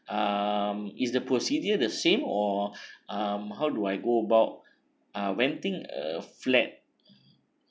um is the procedure the same or um how do I go about uh renting a flat